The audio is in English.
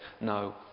no